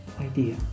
idea